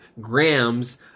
grams